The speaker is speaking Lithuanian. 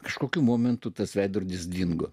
kažkokiu momentu tas veidrodis dingo